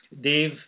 Dave